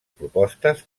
propostes